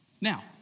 Now